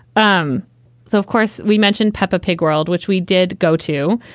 um so of course, we mentioned peppa pig world, which we did go to,